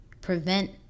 prevent